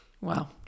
Wow